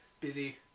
busy